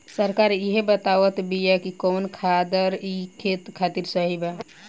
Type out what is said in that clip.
सरकार इहे बतावत बिआ कि कवन खादर ई खेत खातिर सही बा